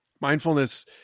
mindfulness